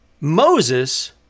Moses